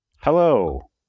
Hello